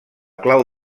clau